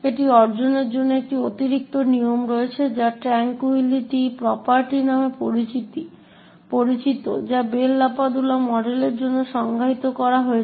এটি অর্জনের জন্য একটি অতিরিক্ত নিয়ম রয়েছে যা ট্র্যাঙ্কুইলিটি প্রপার্টি নামে পরিচিত যা বেল লাপাডুলা মডেলের জন্য সংজ্ঞায়িত করা হয়েছে